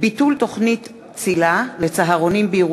של חברת הכנסת מיכל רוזין בנושא: ביטול תוכנית ציל"ה לצהרונים בירושלים.